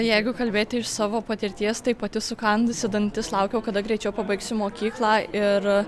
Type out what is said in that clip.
jeigu kalbėti iš savo patirties tai pati sukandusi dantis laukiau kada greičiau pabaigsiu mokyklą ir